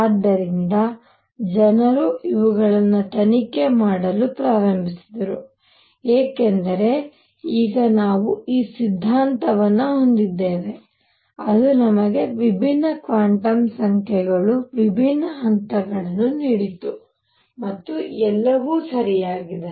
ಆದ್ದರಿಂದ ಜನರು ಇವುಗಳನ್ನು ತನಿಖೆ ಮಾಡಲು ಪ್ರಾರಂಭಿಸಿದರು ಏಕೆಂದರೆ ಈಗ ನಾವು ಈ ಸಿದ್ಧಾಂತವನ್ನು ಹೊಂದಿದ್ದೇವೆ ಅದು ನಮಗೆ ವಿಭಿನ್ನ ಕ್ವಾಂಟಮ್ ಸಂಖ್ಯೆಗಳು ವಿಭಿನ್ನ ಹಂತಗಳನ್ನು ನೀಡಿತು ಮತ್ತು ಎಲ್ಲವೂ ಸರಿಯಾಗಿದೆ